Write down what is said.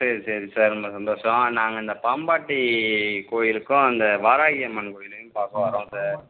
சரி சரி சார் ரொம்ப சந்தோஷம் நாங்கள் இந்த பாம்பாட்டி கோயிலுக்கும் இந்த வாராஹி அம்மன் கோயிலையும் பாக்க வரோம் சார்